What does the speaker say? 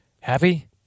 Happy